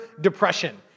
depression